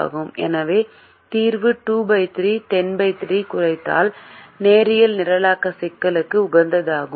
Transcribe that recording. எனவே தீர்வு 2 310 3 குறைத்தல் நேரியல் நிரலாக்க சிக்கலுக்கு உகந்ததாகும்